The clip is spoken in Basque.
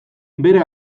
bere